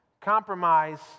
Compromise